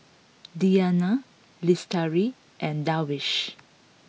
Diyana Lestari and Darwish